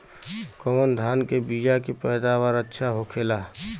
कवन धान के बीया के पैदावार अच्छा होखेला?